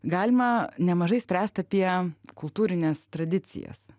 galima nemažai spręst apie kultūrines tradicijas